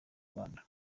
rwanda